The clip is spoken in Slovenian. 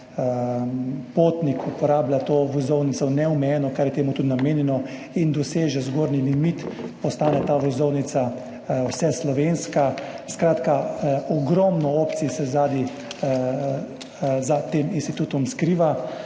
potnik uporablja to vozovnico neomejeno, čemur je tudi namenjeno, in doseže zgornji limit, postane ta vozovnica vseslovenska. Skratka, ogromno opcij se za tem institutom skriva.